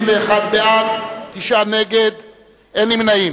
8, אין נמנעים.